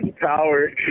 power